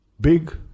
Big